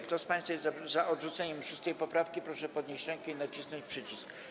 Kto z państwa jest za odrzuceniem 6. poprawki, proszę podnieść rękę i nacisnąć przycisk.